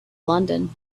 london